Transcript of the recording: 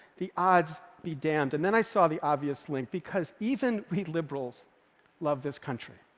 the odds be damned. and then i saw the obvious link, because even we liberals love this country.